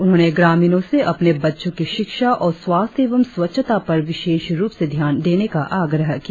उन्होंने ग्रामिणो से अपने बच्चों की शिक्षा और स्वास्थ्य एवं स्वच्छता पर विशेष रुप से ध्यान देने का आग्रह किया